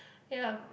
ya